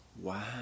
Wow